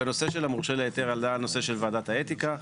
בנושא של מורשה להיתר עלה הנושא של וועדת האתיקה,